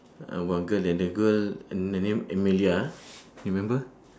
ah one girl and the girl and her name amelia ah you remember